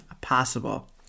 possible